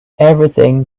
everything